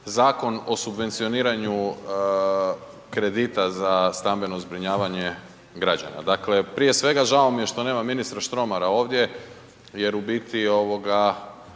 Zakon o subvencioniranju kredita za stambeno zbrinjavanje građana. Dakle, prije svega žao mi je što nema ministra Štromara ovdje, jer volim kada